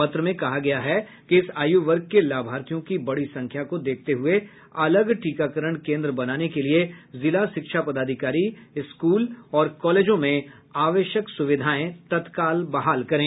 पत्र में कहा गया है कि इस आयु वर्ग के लाभार्थियों की बड़ी संख्या को देखते हुए अलग टीकाकरण केन्द्र बनाने के लिए जिला शिक्षा पदाधिकारी स्कूल और कॉलेजों में आवश्यक सुविधाएं तत्काल बहाल करें